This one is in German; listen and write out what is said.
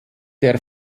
der